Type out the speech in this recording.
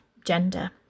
gender